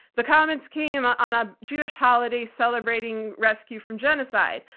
the comments came on a jewish holiday celebrating rescue from genocide.